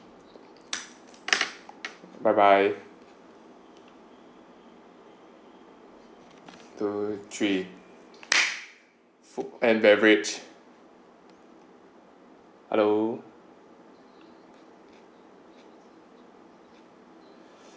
bye bye two three food and beverage hello